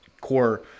core